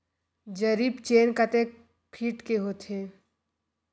जरीब चेन कतेक फीट के होथे?